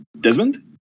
Desmond